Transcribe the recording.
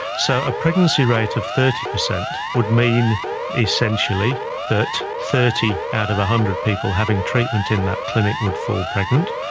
so a pregnancy rate of thirty percent would mean essentially that thirty out of one hundred people having treatment in that clinic would fall pregnant,